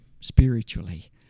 spiritually